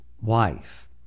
wife